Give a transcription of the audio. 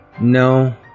No